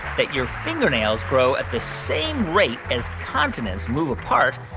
that your fingernails grow at the same rate as continents move apart,